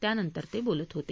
त्यानंतर ते बोलत होते